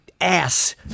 ass